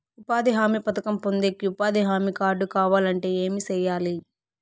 ఉపాధి హామీ పథకం పొందేకి ఉపాధి హామీ కార్డు కావాలంటే ఏమి సెయ్యాలి?